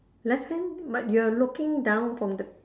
left hand but you're looking down from the